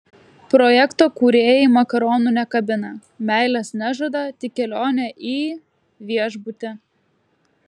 projekto kūrėjai makaronų nekabina meilės nežada tik kelionę į viešbutį